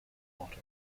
water